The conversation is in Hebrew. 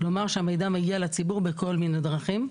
המידע מגיע לציבור בכל מיני דרכים.